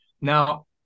Now